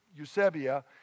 eusebia